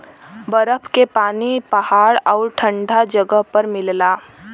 बरफ के पानी पहाड़ आउर ठंडा जगह पर मिलला